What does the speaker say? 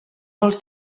molts